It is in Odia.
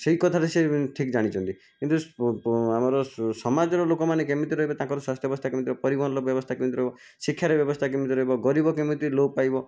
ସେହି କଥାଟା ସେ ଠିକ୍ ଜାଣିଛନ୍ତି କିନ୍ତୁ ଆମର ସମାଜର ଲୋକମାନେ କେମିତି ରହିବେ ତାଙ୍କର ସ୍ୱାସ୍ଥ୍ୟ ବ୍ୟବସ୍ଥା କେମିତି ରହିବ ପରିବହନର ବ୍ୟବସ୍ଥା କେମିତି ରହିବ ଶିକ୍ଷାର ବ୍ୟବସ୍ଥା କେମିତି ରହିବ ଗରିବ କେମିତି ଲୋପ ପାଇବ